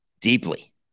deeply